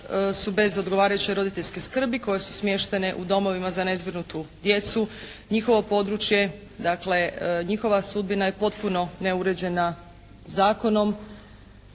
su bez odgovarajuće roditeljske skrbi, koje su smještene u domovima za nezbrinutu djecu. Njihovo područje dakle njihova sudbina je potpuno neuređena zakonom.